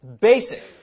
Basic